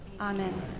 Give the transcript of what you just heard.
Amen